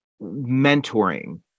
mentoring